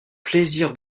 plaisir